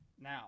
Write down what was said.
Now